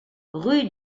rue